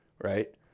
Right